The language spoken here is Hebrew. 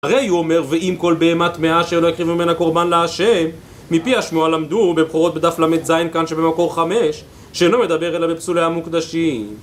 הרי, הוא אומר, ואם כל בהמה טמאה שלא יקריבו ממנה קורבן להשם, מפי השמועה למדו במקורות בדף ל"ז כאן שבמקור חמש, שלא מדבר אלא בפסולי המוקדשים.